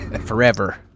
Forever